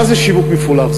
מה זה שיווק מפולח?